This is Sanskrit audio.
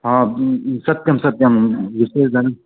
आं सत्यं सत्यं विश्वे इदानीं